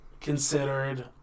considered